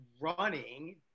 running